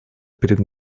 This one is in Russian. перед